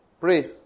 pray